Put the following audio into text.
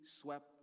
swept